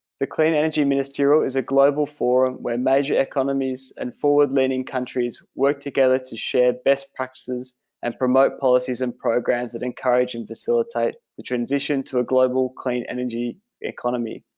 the clean energy ministerial is a global forum where major economies and forward-leaning countries work together to share best practices and promote policies and programs that encourage and facilitate the transition to a global clean energy economy.